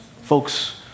folks